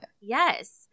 Yes